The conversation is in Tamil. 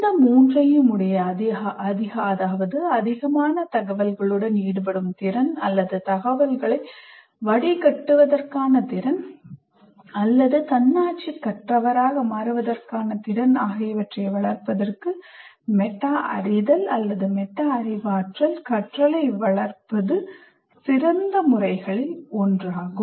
இந்த மூன்றையும் அடைய அதாவது அதிகமான தகவல்களுடன் ஈடுபடும் திறன் அல்லது தகவல்களை வடிகட்டுவதற்கான திறன் அல்லது தன்னாட்சி கற்றவராக மாறுவதற்கான திறன் ஆகியவற்றை வளர்ப்பதற்கு மெட்டா அறிதல் மெட்டா அறிவாற்றல் கற்றலை வளர்ப்பது சிறந்த முறைகளில் ஒன்றாகும்